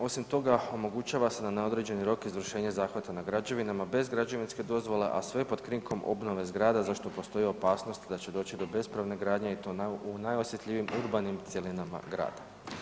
Osim toga, omogućava se na neodređeni rok izvršenje zahvata na građevinama bez građevinske dozvole, a sve pod krinkom obnove zgrada za što postoji opasnost da će doći do bespravne gradnje i to u najosjetljivijim urbanim cjelinama grada.